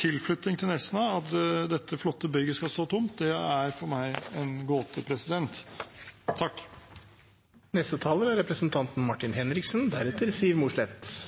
tilflytting til Nesna at dette flotte bygget skal stå tomt, er for meg en gåte. Det er fristende å si at jeg tegnet meg utelukkende for at statsråden ikke skulle få gleden av å være siste taler.